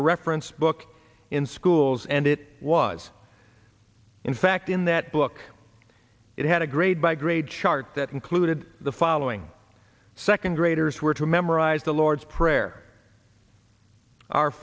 reference book in schools and it was in fact in that book it had a grade by grade chart that included the following second graders were to memorize the lord's prayer our